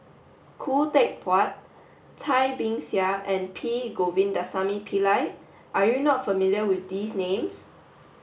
Khoo Teck Puat Cai Bixia and P Govindasamy Pillai are you not familiar with these names